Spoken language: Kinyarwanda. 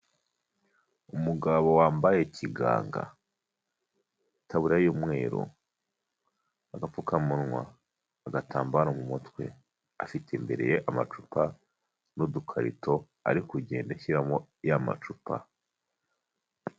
Umugabo wambaye kiganga itaburiya y'umweru, agapfukamunwa, agatambaro mu mutwe, afite imbere ye amacupa n'udukarito ari kugenda ashyiramo ya macupa.